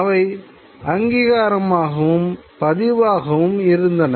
இவை அங்கீகாரமாகவும் பதிவாகவும் இருந்தன